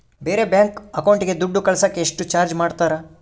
ಬೇರೆ ಬ್ಯಾಂಕ್ ಅಕೌಂಟಿಗೆ ದುಡ್ಡು ಕಳಸಾಕ ಎಷ್ಟು ಚಾರ್ಜ್ ಮಾಡತಾರ?